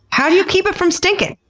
how do you keep it from stinking?